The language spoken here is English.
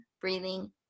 breathing